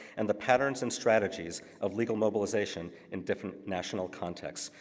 and the patterns and strategies of legal mobilization in different national contexts.